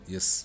Yes